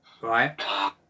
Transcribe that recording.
Right